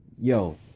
Yo